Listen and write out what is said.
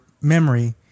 memory